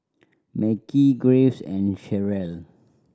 Mekhi Graves and Cherrelle